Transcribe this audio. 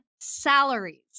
salaries